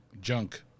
junk